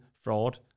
fraud